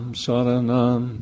saranam